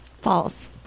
False